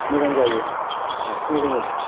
मोजां जायो आखिनो रोङोबा